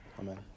amen